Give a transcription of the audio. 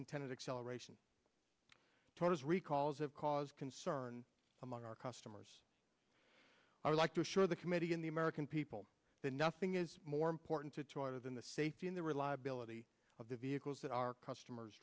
intended acceleration toters recalls have caused concern among our customers i would like to assure the committee and the american people that nothing is more important to two other than the safety and the reliability of the vehicles that our customers